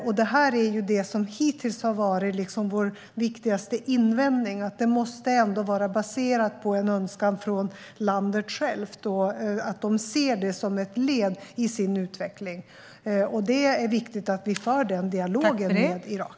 Vår viktigaste invändning har hittills varit att basen måste vara en önskan från landet självt och att de ser det som ett led i sin utveckling. Det är viktigt att vi för en dialog om detta med Irak.